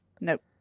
Nope